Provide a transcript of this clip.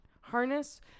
harness